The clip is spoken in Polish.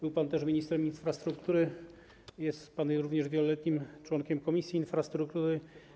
Był pan ministrem infrastruktury, jest pan również wieloletnim członkiem Komisji Infrastruktury.